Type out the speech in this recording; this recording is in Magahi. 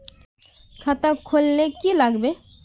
खाता खोल ले की लागबे?